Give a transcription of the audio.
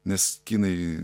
nes kinai